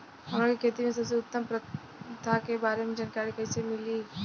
हमन के खेती में सबसे उत्तम प्रथा के बारे में जानकारी कैसे मिली?